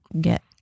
get